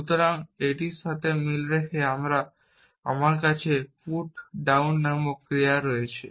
সুতরাং এটির সাথে মিল রেখে আমার কাছে পুট ডাউন নামক একটি ক্রিয়া রয়েছে